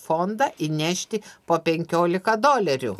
fondą įnešti po penkiolika dolerių